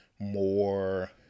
More